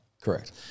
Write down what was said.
Correct